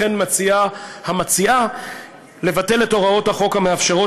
כמו כן מציעה המציעה לבטל את הוראות החוק המאפשרות